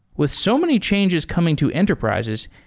with so many changes coming to enterprises,